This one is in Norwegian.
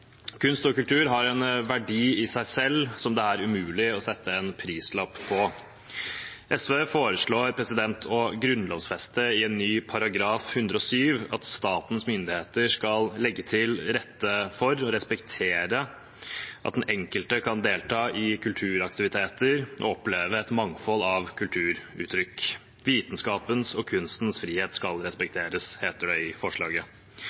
Kunst og kultur har en verdi i seg selv, som det er umulig å sette en prislapp på. SV foreslår å grunnlovfeste i en ny § 107 at statens myndigheter skal legge til rette for og respektere at den enkelte kan delta i kulturaktiviteter og oppleve et mangfold av kulturuttrykk. Vitenskapens og kunstens frihet skal respekteres. Det heter det i forslaget.